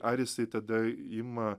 ar jisai tada ima